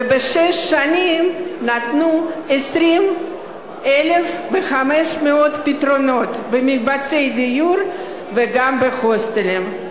ובשש שנים נתנו 20,500 פתרונות במקבצי דיור וגם בהוסטלים.